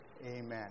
amen